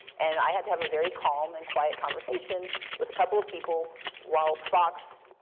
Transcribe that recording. and i had to have a very calm and quiet conversation with a couple of people while fox,